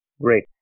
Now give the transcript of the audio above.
Great